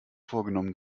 vorgenommen